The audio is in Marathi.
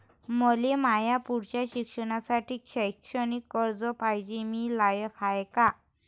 मले माया पुढच्या शिक्षणासाठी शैक्षणिक कर्ज पायजे, मी लायक हाय का?